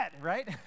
Right